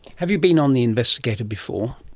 have you been on the investigator before?